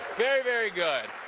very, very good.